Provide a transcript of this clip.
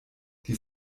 die